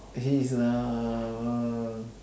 he is a